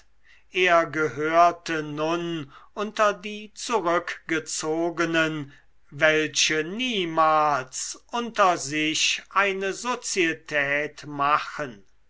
er gehörte nun unter die zurückgezogenen welche niemals unter sich eine sozietät machen